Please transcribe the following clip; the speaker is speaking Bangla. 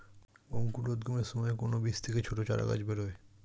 অঙ্কুরোদ্গমের সময় কোন বীজ থেকে ছোট চারাগাছ বেরোয়